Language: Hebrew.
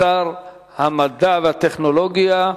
לשר המדע והטכנולוגיה: